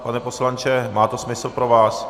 Pane poslanče, má to smysl pro vás?